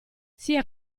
sia